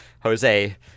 Jose